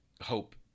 Hope